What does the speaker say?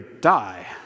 die